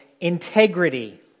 integrity